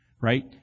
Right